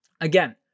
again